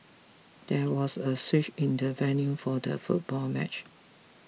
there was a switch in the venue for the football match